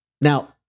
Now